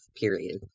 period